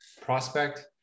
prospect